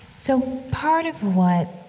so, part of what,